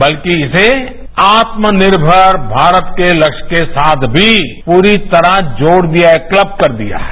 बल्कि इसे आतानिर्मर भारत के लक्ष्य के साथ भी पूरी तरह जोड़ दिया है क्लब कर दिया है